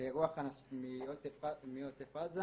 לאירוח אנשים מעוטף עזה